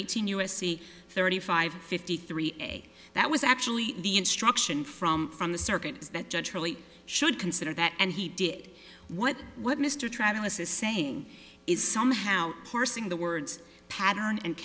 eighteen u s c thirty five fifty three a that was actually the instruction from from the circuit is that judge really should consider that and he did what what mr travel is is saying is somehow parsing the words pattern and